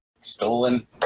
stolen